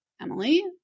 Emily